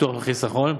ביטוח וחיסכון,